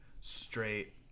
straight